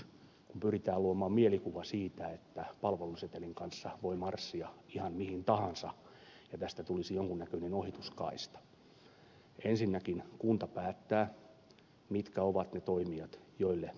kun pyritään luomaan mielikuva siitä että palvelusetelin kanssa voi marssia ihan mihin tahansa ja tästä tulisi jonkun näköinen ohituskaista niin ensinnäkin kunta päättää mitkä ovat ne toimijat joille palveluseteli kelpaa